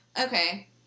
Okay